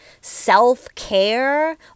self-care